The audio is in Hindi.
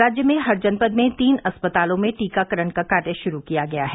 राज्य में हर जनपद में तीन अस्पतालों में टीकाकरण का कार्य श्रू किया गया है